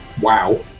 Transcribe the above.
wow